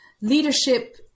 Leadership